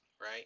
Right